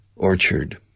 Orchard